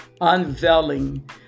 unveiling